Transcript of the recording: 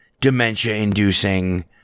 dementia-inducing